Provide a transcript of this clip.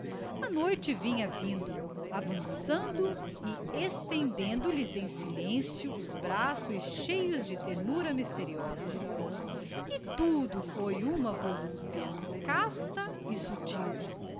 a noite vinha vindo avançando e estendendo lhes em silencio os braçoí cheios de ternura mysteriosa e tudo foi uma volúpia casta e subtil